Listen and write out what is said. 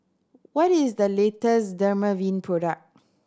what is the latest Dermaveen product